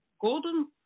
Golden